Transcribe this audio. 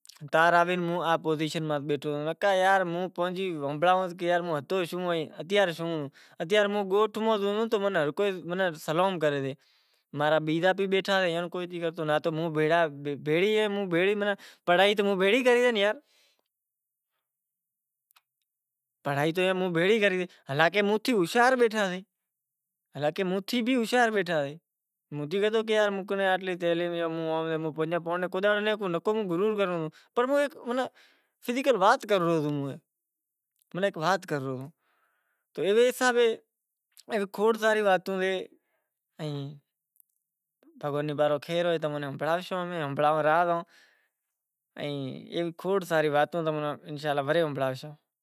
تا آوے ہوں پوزیشن میں بیٹھو ہوں سوچاں ہوں شوں ہتو آز کتھ بیٹھو ساں۔ موں بھیگا حالانکہ موں تھیں بھی ہوشیار بیٹھا سے تو موں کن ایتلی تعلیم بھی نتھی ہوں بس وات کرے رہو سوں ایوے حساب تھیں کھوڑ ساری واتوں سے